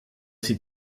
sie